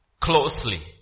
closely